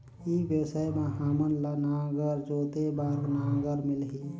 ई व्यवसाय मां हामन ला नागर जोते बार नागर मिलही?